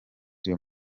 real